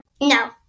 No